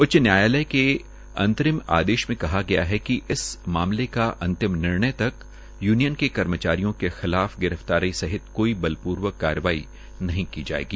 उच्च न्यायालय के आंतरिम आदेश में कहा गया है कि इस मामले के अंतिम निर्णय तक यूनियन के कर्मचारियों के खिलाफ गिरफ्तारी सहित कोई बलप्र्वक कार्यवाही नहीं की जायेगी